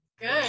Good